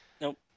Nope